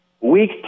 week